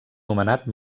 nomenat